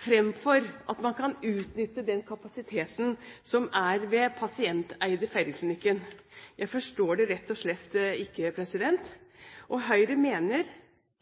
fremfor at man kan utnytte den kapasiteten som er ved den pasienteide Feiringklinikken. Jeg forstår det rett og slett ikke. Høyre mener